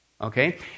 okay